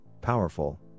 powerful